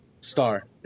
star